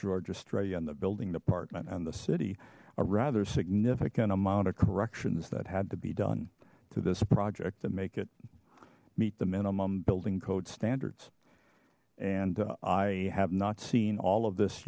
georgia australia in the building department and the city a rather significant amount of corrections that had to be done to this project and make it meet the minimum building code standards and i have not seen all of this